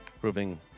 proving